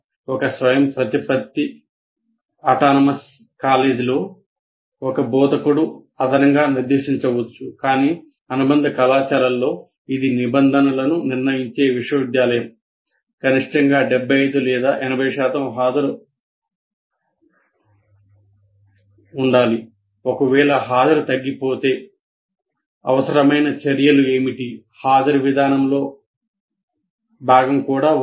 ఒక స్వయంప్రతిపత్త కళాశాలలో ఒక బోధకుడు అదనంగా నిర్దేశించవచ్చు కాని అనుబంధ కళాశాలలో ఇది నిబంధనలను నిర్ణయించే విశ్వవిద్యాలయం అవసరమైన చర్యలు ఏమిటి హాజరు విధానంలో భాగం కూడా ఉన్నాయి